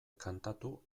kantatu